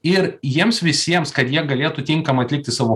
ir jiems visiems kad jie galėtų tinkamai atlikti savo